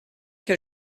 que